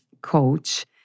coach